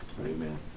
amen